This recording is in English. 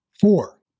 Four